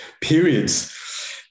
periods